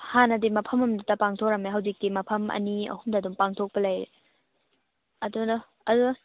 ꯍꯥꯟꯅꯗꯤ ꯃꯐꯝ ꯑꯝꯗꯇ ꯄꯥꯡꯊꯣꯛꯂꯝꯃꯦ ꯍꯧꯖꯤꯛꯇꯤ ꯃꯐꯝ ꯑꯅꯤ ꯑꯍꯨꯝꯗ ꯑꯗꯨꯝ ꯄꯥꯡꯊꯣꯛꯄ ꯂꯩ ꯑꯗꯨꯅ ꯑꯗꯨꯅ